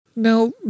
Now